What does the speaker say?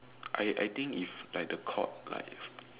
I I think if like the court like